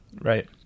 Right